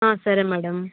సరే మేడమ్